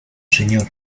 señor